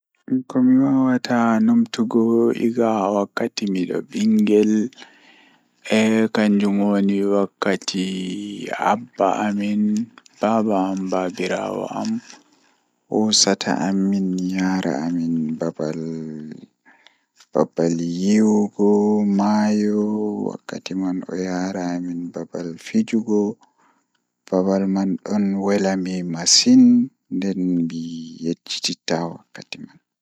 Komi wawata numtugo egaa wakkati midon bingel kanjum woni wakkati abba amin baaba am babirawo am hosata amin yaara amin babal yiwugo maayo wakkti man o yaara amin babal fijugo, Babal man don wela mi masin nden mi yejjitittaa wakkati man.